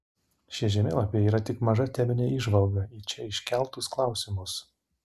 šie žemėlapiai yra tik maža teminė įžvalga į čia iškeltus klausimus